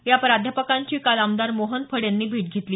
या प्राध्यापकांची काल आमदार मोहन फड यांनी भेट घेतली